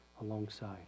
alongside